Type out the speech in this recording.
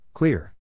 Clear